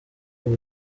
ubu